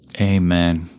Amen